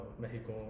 mexico